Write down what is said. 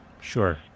Sure